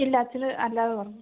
ഇല്ല അച്ഛന് അല്ലാതെ വന്നു